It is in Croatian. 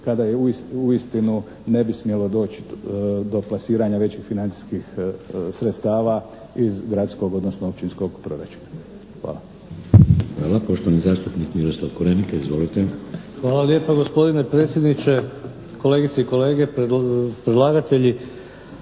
kada je uistinu ne bi smjelo doći do plasiranja većih financijskih sredstava iz gradskog, odnosno općinskog proračuna. Hvala. **Šeks, Vladimir (HDZ)** Hvala. Poštovani zastupnik Miroslav Korenika. Izvolite. **Korenika, Miroslav (SDP)** Hvala lijepa. Gospodine predsjedniče, kolegice i kolege, predlagatelji.